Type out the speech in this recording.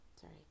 sorry